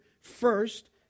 first